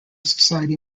society